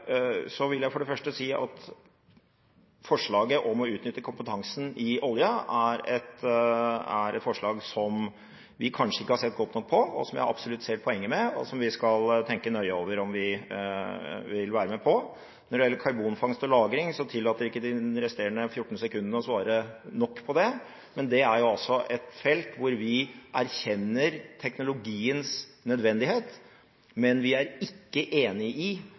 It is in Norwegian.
vil jeg for det første si at forslaget om å utnytte kompetansen i oljen er et forslag som vi kanskje ikke har sett godt nok på, og som jeg absolutt ser poenget med, og som vi skal tenke nøye over om vi vil være med på. Når det gjelder karbonfangst og -lagring, tillater ikke de resterende 14 sekundene å svare nok på det. Det er et felt hvor vi erkjenner teknologiens nødvendighet, men vi er ikke enig i